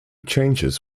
changes